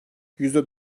yüzde